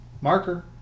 marker